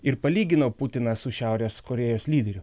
ir palygino putiną su šiaurės korėjos lyderiu